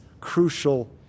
crucial